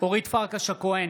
אורית פרקש הכהן,